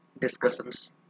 discussions